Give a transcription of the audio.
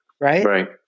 right